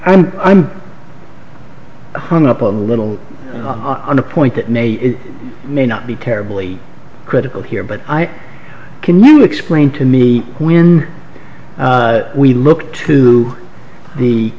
yeah i'm hung up on a little on a point that may or may not be terribly critical here but i can you explain to me when we look to the